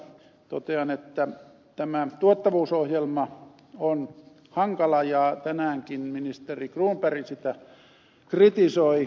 totean että tämä tuottavuusohjelma on hankala ja tänäänkin ministeri cronberg sitä kritisoi